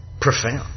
profound